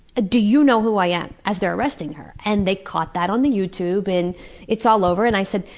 ah do you know who i am! as they were arresting her. and they caught that on youtube, and it's all over. and i said,